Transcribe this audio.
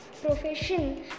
profession